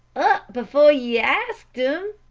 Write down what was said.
up before ye asked him!